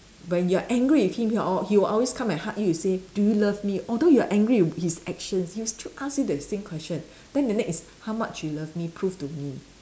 when you're angry with him he'll al~ he will always come and hug you to say do you love me although you are angry with his actions he'll still ask you the same question then the next how much you love me prove to me